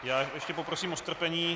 Já ještě poprosím o strpení.